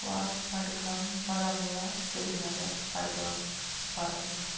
Kupwara Budgam Baramulla Srinagar Budgam Baramulla